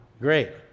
Great